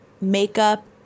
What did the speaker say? makeup